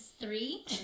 three